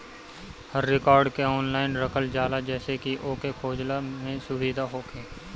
हर record के online रखल जाला जेसे की ओके खोजला में सुबिधा होखे